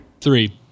Three